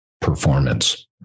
performance